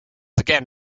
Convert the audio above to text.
again